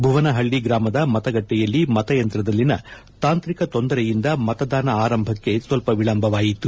ಭುವನಹಳ್ಳಿ ಗ್ರಾಮದ ಮತಗಟ್ಟೆಯಲ್ಲಿ ಮತಯಂತ್ರದಲ್ಲಿನ ತಾಂತ್ರಿಕ ತೊಂದರೆಯಿಂದ ಮತದಾನ ಆರಂಭಕ್ಕೆ ಸ್ವಲ್ಪ ವಿಳಂಬವಾಯಿತು